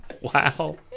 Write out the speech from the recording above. Wow